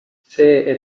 see